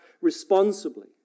responsibly